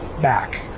back